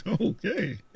okay